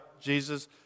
Jesus